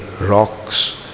rocks